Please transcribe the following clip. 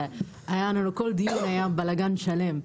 וכל דיון היה בלגאן שלם.